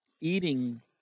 eating